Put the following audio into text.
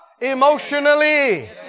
emotionally